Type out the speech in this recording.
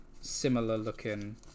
similar-looking